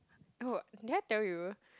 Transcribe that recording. oh did I tell you